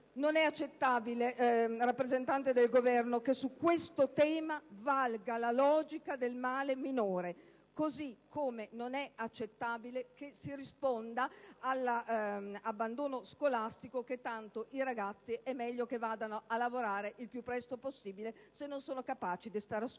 Non è accettabile, rappresentante del Governo, che su questo tema valga la logica del male minore; così come non è accettabile che si risponda all'abbandono scolastico dicendo che è meglio che i ragazzi vadano a lavorare il più presto possibile se non sono capaci di stare a scuola.